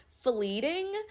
fleeting